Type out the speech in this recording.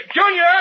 Junior